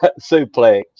suplex